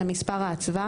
(8) מספר האצווה,